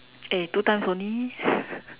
eh two times only